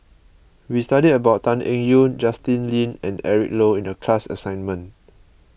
we studied about Tan Eng Yoon Justin Lean and Eric Low in the class assignment